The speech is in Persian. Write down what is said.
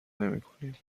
نمیکنیم